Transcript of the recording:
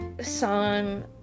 song